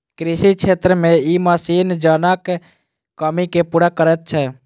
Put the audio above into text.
कृषि क्षेत्र मे ई मशीन जनक कमी के पूरा करैत छै